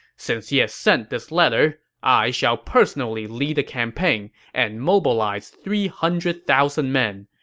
since he has sent this letter, i shall personally lead a campaign and mobilize three hundred thousand men.